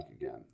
again